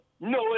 no